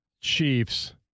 Chiefs